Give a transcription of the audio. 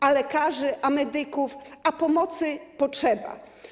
A lekarzy, medyków, pomocy potrzeba.